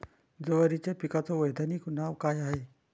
जवारीच्या पिकाचं वैधानिक नाव का हाये?